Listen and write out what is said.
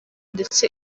ndetse